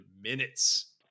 minutes